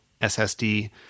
ssd